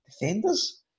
Defenders